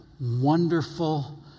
wonderful